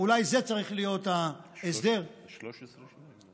אולי זה צריך להיות ההסדר, 13 שנים.